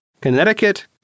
Connecticut